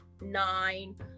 nine